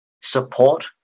support